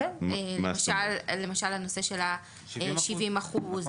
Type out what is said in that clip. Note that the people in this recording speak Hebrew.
למשל הנושא של ה-70 אחוז,